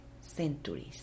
centuries